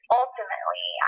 ultimately